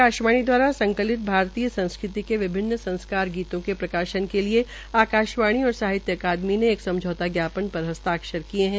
आकाशवाणी द्वारा संकलित भारतीय संस्कृति के विभिन्न संस्कार गीतों के प्रकाशन के लिए आकाशवाणी और साहित्य अकादमी ने एक समझौता ज्ञापन पर हस्ताक्षर किये है